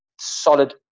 solid